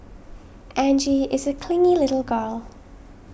Angie is a clingy little girl